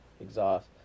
exhaust